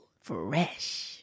Fresh